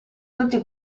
tutti